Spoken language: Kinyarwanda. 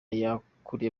yakuriye